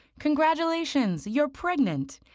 congratulations, you're pregnant!